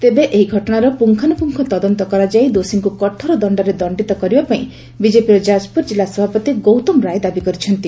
ତେବେ ଏହି ଘଟଣାର ପୁଙ୍ଖାନୁପୁଙ୍ଖ ତଦନ୍ତ କରାଯାଇ ଦୋଷୀଙ୍କୁ କଠୋର ଦଶ୍ତରେ ଦଶ୍ତିତ କରିବା ପାଇଁ ବିଜେପିର ଯାଜପୁର ଜିଲ୍ଲା ସଭାପତି ଗୌତମ ରାୟ ଦାବି କରିଛନ୍ତି